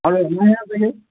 আৰু দুমাহহে আছেগৈ